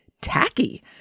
tacky